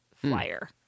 flyer